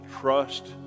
trust